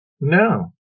No